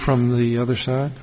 from the other side